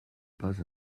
pas